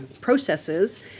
processes